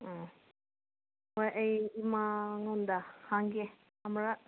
ꯎꯝ ꯍꯣꯏ ꯑꯩ ꯏꯃꯥꯉꯣꯟꯗ ꯍꯪꯒꯦ ꯑꯃꯔꯛ